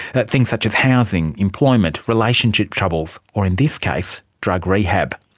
but things such as housing, employment, relationship troubles, or in this case drug rehab.